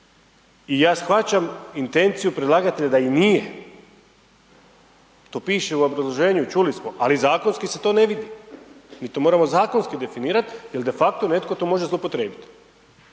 i ja shvaćam intenciju predlagatelja da i nije, to piše u obrazloženju, čuli smo, ali zakonski se to ne vidi. Mi to moramo zakonski definirati jer de facto netko to može zloupotrijebiti.